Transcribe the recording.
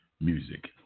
music